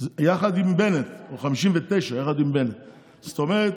הרי לא הבאת להם משהו מהליכוד, אומרים: